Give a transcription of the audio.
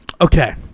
okay